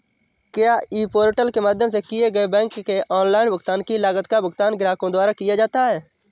क्या e portal के माध्यम से किए गए बैंक के ऑनलाइन भुगतान की लागत का भुगतान ग्राहकों द्वारा किया जाता है?